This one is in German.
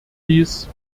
dies